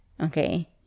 Okay